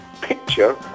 picture